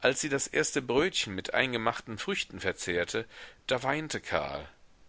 als sie das erste brötchen mit eingemachten früchten verzehrte da weinte karl